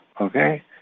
okay